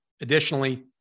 Additionally